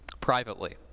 privately